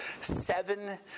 seven